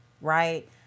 right